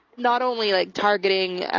not only like targeting,